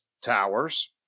Towers